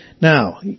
Now